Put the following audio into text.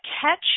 catch